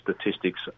statistics